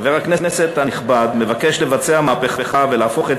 חבר הכנסת הנכבד מבקש לבצע מהפכה ולהפוך את